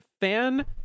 fan